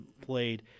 played –